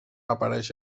apareix